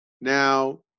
Now